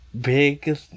big